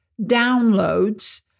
downloads